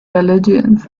religions